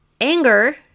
Anger